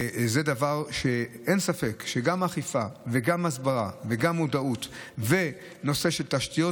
וזה דבר שאין ספק שגם אכיפה וגם הסברה וגם מודעות ונושא של תשתיות,